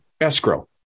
escrow